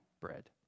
bread